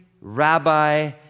rabbi